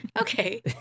Okay